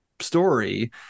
story